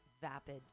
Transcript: vapid